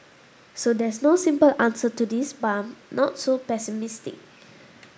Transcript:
so there's no simple answer to this but I'm not so pessimistic